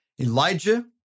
Elijah